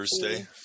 Thursday